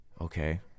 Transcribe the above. Okay